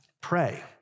Pray